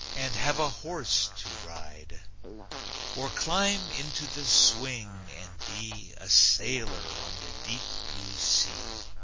and have a horse to ride or climb into the swing, and be a sailor on the deep blue sea,